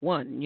One